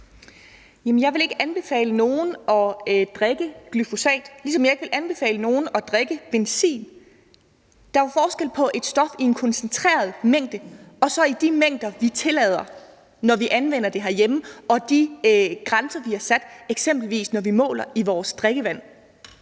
jeg vil ikke anbefale nogen at drikke glyfosat, ligesom jeg ikke vil anbefale nogen at drikke benzin. Der er jo forskel på et stof i en koncentreret mængde og så i de mængder, vi tillader, når vi anvender det herhjemme, og de grænser, vi har sat, eksempelvis når vi måler i vores drikkevand.